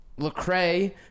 Lecrae